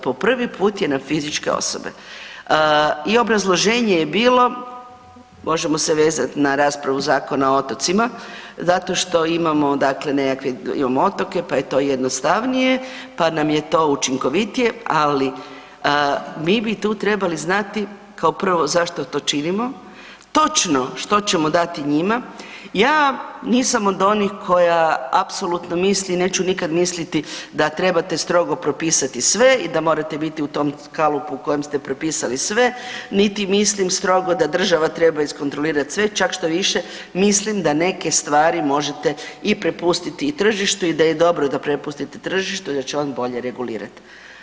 Po prvi put je na fizičke osobe i obrazloženje je bilo, možemo se vezat na raspravu Zakona o otocima zato što imamo dakle nekakve, imamo otoke pa e je to jednostavnije, pa nam je to učinkovitije ali mi bi tu trebali znati kao prvo, zašto to činimo, točno što ćemo dati njima, ja nisam od onih koja apsolutno misli, neću nikad misliti da trebate strogo propisati sve i da morate biti u tom kalupu u kojem ste propisali sve niti mislim strogo da država treba iskontrolirat sve, čak štoviše, mislim da neke stvari možete i prepustiti i tržištu i da je dobro da prepustite tržištu i da će on bolje regulirati.